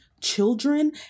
children